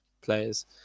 players